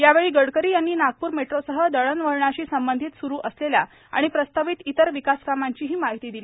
यावेळी गडकरी यांनी नागपूर मेट्रोसह दळणवळणाशी संबंधित सुरू असलेल्या आणि प्रस्तावित इतर विकासकामांचीही माहिती दिली